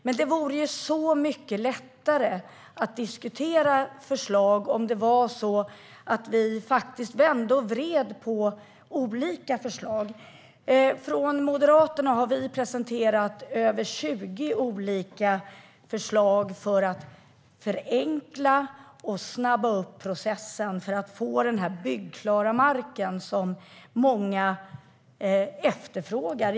Men det vore så mycket lättare att diskutera förslag om vi faktiskt vände och vred på olika förslag. Moderaterna har presenterat över 20 olika förslag för att förenkla och snabba på processen för att få den byggklara mark som många efterfrågar.